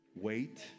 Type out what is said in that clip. Wait